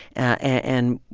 and,